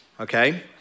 Okay